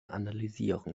analysieren